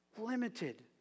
limited